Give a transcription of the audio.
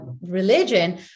religion